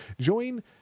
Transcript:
Join